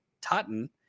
Totten